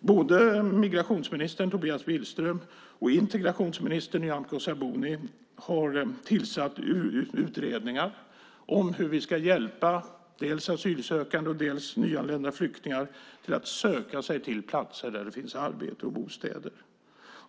Både migrationsminister Tobias Billström och integrationsminister Nyamko Sabuni har tillsatt utredningar om hur vi ska hjälpa dels asylsökande, dels nyanlända flyktingar att söka sig till platser där det finns arbete och bostäder.